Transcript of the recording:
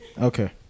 Okay